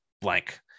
blank